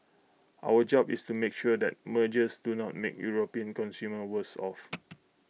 our job is to make sure that mergers do not make european consumers worse off